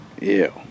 Ew